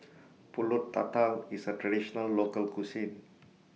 Pulut Tatal IS A Traditional Local Cuisine